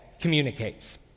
communicates